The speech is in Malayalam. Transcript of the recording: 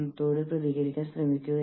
ആളുകൾ അവരുടെ ആവശ്യങ്ങൾ ശ്രദ്ധിക്കുന്നില്ല